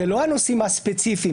אלה לא הנושא הספציפיים,